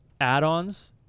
add-ons